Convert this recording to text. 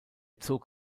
zog